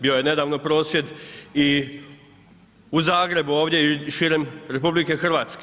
Bio je nedavno prosvjed i u Zagrebu ovdje i širom RH.